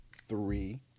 three